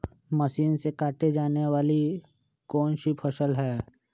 Machine से काटे जाने वाली कौन सी फसल है?